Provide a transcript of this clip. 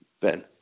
Ben